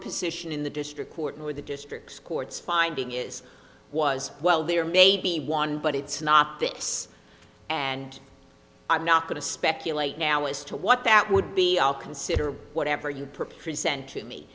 position in the district court nor the district court's finding is was well there may be one but it's not this and i'm not going to speculate now as to what that would be i'll consider whatever your present to me